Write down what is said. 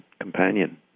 companion